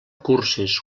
cursis